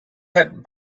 had